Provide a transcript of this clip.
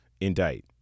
Indict